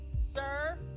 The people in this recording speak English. sir